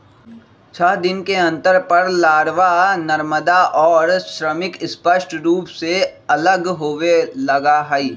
छः दिन के अंतर पर लारवा, नरमादा और श्रमिक स्पष्ट रूप से अलग होवे लगा हई